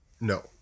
no